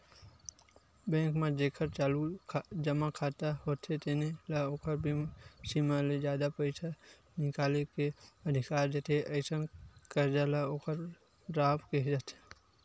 bank म जेखर चालू जमा खाता होथे तेनो ल ओखर सीमा ले जादा पइसा निकाले के अधिकार देथे, अइसन करजा ल ओवर ड्राफ्ट केहे जाथे